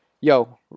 yo